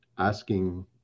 asking